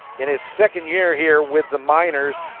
in his second year here with the miners,